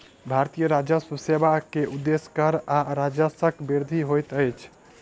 भारतीय राजस्व सेवा के उदेश्य कर आ राजस्वक वृद्धि होइत अछि